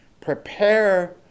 prepare